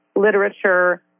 literature